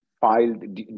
filed